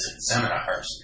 seminars